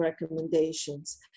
recommendations